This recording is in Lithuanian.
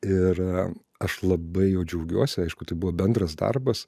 ir aš labai juo džiaugiuosi aišku tai buvo bendras darbas